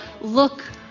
Look